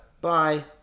Bye